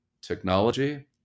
technology